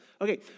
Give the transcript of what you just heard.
Okay